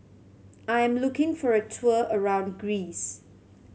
I am looking for a tour around Greece